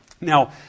Now